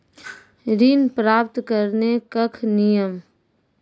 ऋण प्राप्त करने कख नियम?